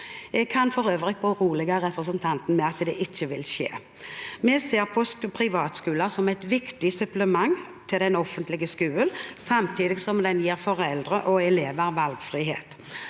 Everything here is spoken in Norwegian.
Jeg kan berolige representanten med at det ikke vil skje. Vi ser på privatskoler som et viktig supplement til den offentlige skolen, samtidig som de gir foreldre og elever valgfrihet.